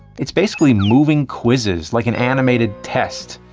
it's basically moving quizzes, like an animated test.